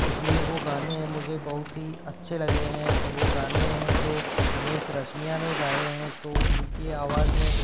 इस लिए वो गाने मुझे बहुत ही अच्छे लगे हैं और वो गाने हैं जो हिमेश रेशमिया ने गाएं हैं तो उन की आवाज़ में